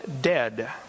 dead